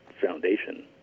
Foundation